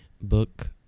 book